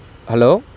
hello